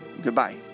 Goodbye